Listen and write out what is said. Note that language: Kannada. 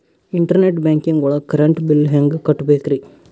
ಇಂಟರ್ನೆಟ್ ಬ್ಯಾಂಕಿಂಗ್ ಒಳಗ್ ಕರೆಂಟ್ ಬಿಲ್ ಹೆಂಗ್ ಕಟ್ಟ್ ಬೇಕ್ರಿ?